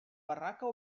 barraca